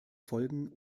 folgen